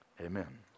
Amen